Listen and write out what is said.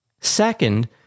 Second